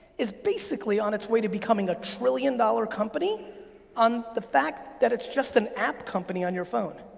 is basically on its way to becoming a trillion dollar company on the fact that it's just an app company on your phone.